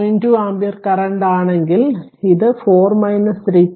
2 ampere കറന്റാണെങ്കിൽ ഇത് 4 3